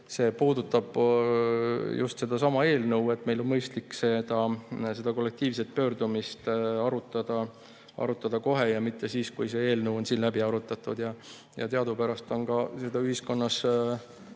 see puudutab just sedasama eelnõu, siis meil on mõistlik seda kollektiivset pöördumist arutada kohe, mitte alles siis, kui see eelnõu on siin läbi arutatud. Teadupärast on ka ühiskonnas